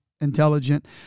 intelligent